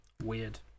weird